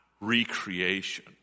recreation